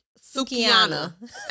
Sukiana